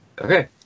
Okay